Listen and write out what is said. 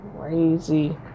crazy